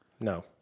no